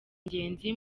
ingenzi